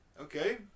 Okay